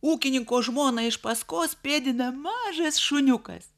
ūkininko žmonai iš paskos pėdina mažas šuniukas